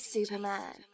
Superman